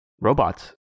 Robots